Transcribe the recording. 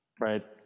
Right